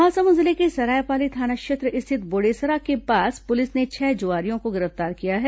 महासमुंद जिले के सरायपाली थाना क्षेत्र स्थित बोडेसरा के पास पुलिस ने छह जुआरियों को गिरफ्तार किया है